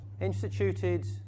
instituted